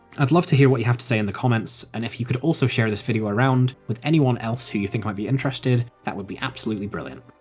i would love to hear what you have to say in the comments, and if you could also share this video around, with anyone who you think might be interested, that would be absolutely brilliant.